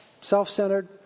self-centered